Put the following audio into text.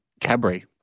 Cabri